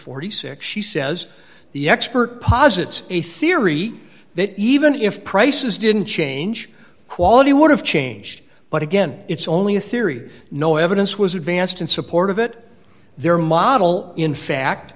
dollars she says the expert posits a theory that even if prices didn't change quality would have changed but again it's only a theory no evidence was advanced in support of it their model in fact